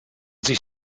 sich